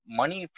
money